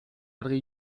argi